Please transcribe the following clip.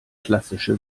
klassische